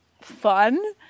fun